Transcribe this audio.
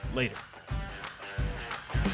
Later